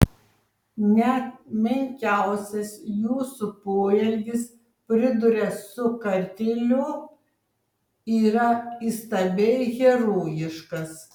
net menkiausias jūsų poelgis priduria su kartėliu yra įstabiai herojiškas